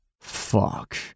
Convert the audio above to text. Fuck